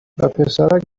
وپسرک